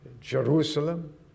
Jerusalem